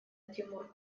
тимур